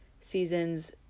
seasons